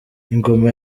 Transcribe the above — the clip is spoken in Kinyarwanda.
ingoma